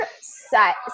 set